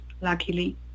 luckily